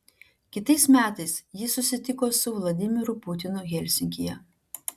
kitais metais ji susitiko su vladimiru putinu helsinkyje